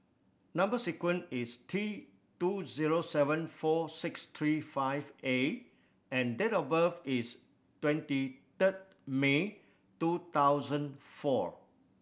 number sequence is T two zero seven four six three five A and date of birth is twenty third May two thousand four